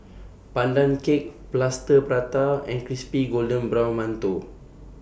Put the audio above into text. Pandan Cake Plaster Prata and Crispy Golden Brown mantou